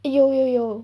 eh 有有有